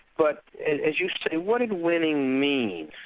but as you said, what did winning mean?